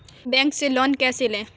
हम बैंक से लोन कैसे लें?